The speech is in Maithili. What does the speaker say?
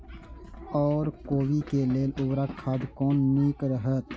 ओर कोबी के लेल उर्वरक खाद कोन नीक रहैत?